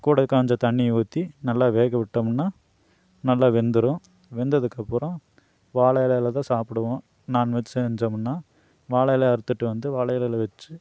கூட கொஞ்சம் தண்ணி ஊற்றி நல்லா வேக விட்டோமுன்னா நல்லா வெந்துடும் வெந்ததுக்கப்பறம் வாழை இலையில தான் சாப்பிடுவோம் நாண்வெஜ் செஞ்சமுன்னா வாழை இல அறுத்துட்டு வந்து வாழை இலையில வச்சு